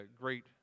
great